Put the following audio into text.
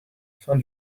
fin